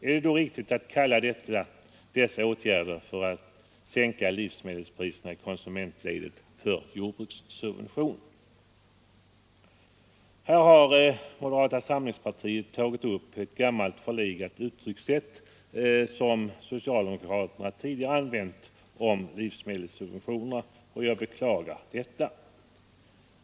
Är det då riktigt att kalla dessa åtgärder för att sänka livsmedelspriserna i konsumentledet för jordbrukssubvention? Här har moderata samlingspartiet tagit upp ett gammalt förlegat uttryckssätt som socialdemokraterna tidigare använt om livsmedelssubventionerna. Jag beklagar detta.